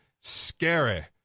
Scary